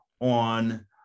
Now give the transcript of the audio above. on